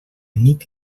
nit